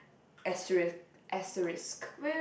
asterisk asterisk